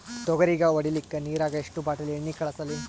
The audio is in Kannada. ತೊಗರಿಗ ಹೊಡಿಲಿಕ್ಕಿ ನಿರಾಗ ಎಷ್ಟ ಬಾಟಲಿ ಎಣ್ಣಿ ಕಳಸಲಿ?